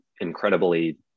incredibly